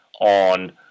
on